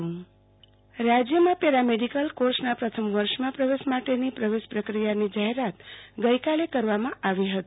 આરતી Bhatt para medical course રાજ્યમાં para medical કોર્ષના પ્રથમ વર્ષમાં પ્રવેશ માટેની પ્રવેશ પ્રક્રિયાની જાહેરાત ગઈકાલે કરવામા આવી હતી